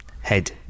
Head